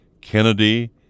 Kennedy